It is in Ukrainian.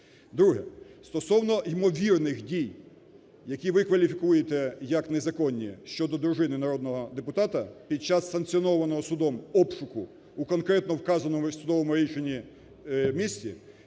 Друге. Стосовно ймовірних дій, які ви кваліфікуєте як незаконні щодо дружини народного депутата під час санкціонованого судом обшуку у конкретно вказаному в судовому рішенні місці,